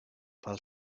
pel